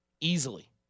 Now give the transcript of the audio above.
easily